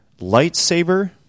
lightsaber